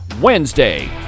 Wednesday